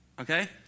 okay